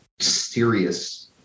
serious